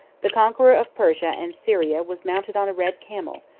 the conqueror of persia and syria was mounted on a red camel,